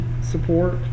support